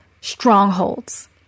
strongholds